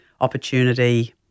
opportunity